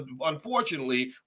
unfortunately